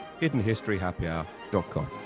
hiddenhistoryhappyhour.com